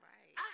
Right